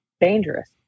dangerous